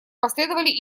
последовали